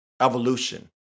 evolution